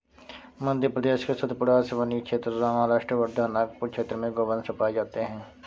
मध्य प्रदेश के सतपुड़ा, सिवनी क्षेत्र, महाराष्ट्र वर्धा, नागपुर क्षेत्र में गोवंश पाये जाते हैं